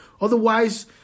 Otherwise